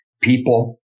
people